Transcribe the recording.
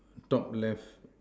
top left